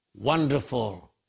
Wonderful